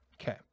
Okay